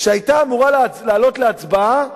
שהיתה אמורה לעלות להצבעה,